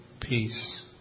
peace